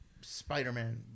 Spider-Man